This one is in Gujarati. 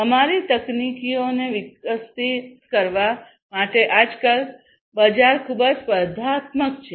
અમારી તકનીકીઓને વિકસિત કરવા માટે આજકાલ બજાર ખૂબ જ સ્પર્ધાત્મક છે